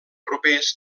propers